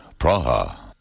Praha